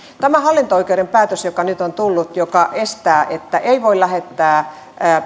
tämä hallinto oikeuden päätös joka nyt on tullut joka estää että ei voi lähettää